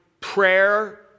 prayer